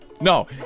no